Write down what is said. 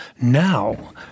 Now—